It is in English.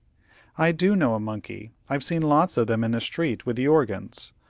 i do know a monkey. i've seen lots of them in the street with the organs.